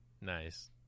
Nice